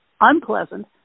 unpleasant